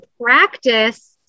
practice